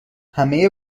همه